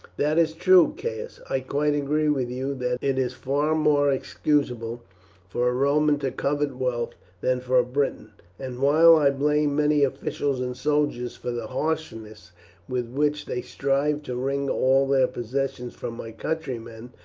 that is true, caius. i quite agree with you that it is far more excusable for a roman to covet wealth than for a briton and while i blame many officials and soldiers for the harshness with which they strive to wring all their possessions from my countrymen,